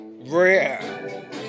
rare